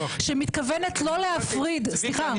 שמתכוונת לא להפריד --- צביקה,